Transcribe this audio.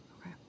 Okay